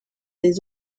des